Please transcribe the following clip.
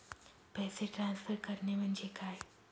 पैसे ट्रान्सफर करणे म्हणजे काय?